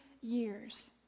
years